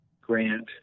grant